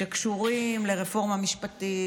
שקשורים לרפורמה משפטית,